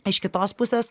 iš kitos pusės